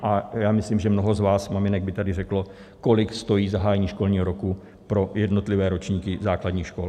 A já myslím, že mnoho z vás maminek by tady řeklo, kolik stojí zahájení školního roku pro jednotlivé ročníky základních škol.